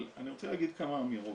אבל אני רוצה להגיד כמה אמירות.